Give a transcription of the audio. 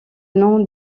nom